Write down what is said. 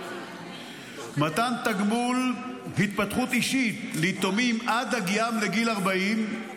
מתן תגמול התפתחות אישית ליתומים עד הגיעם לגיל 40,